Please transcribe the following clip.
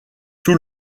tout